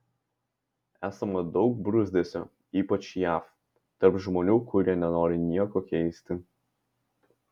esama daug bruzdesio ypač jav tarp žmonių kurie nenori nieko keisti